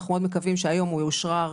ואנחנו מאוד מקווים שהיום זה יאושרר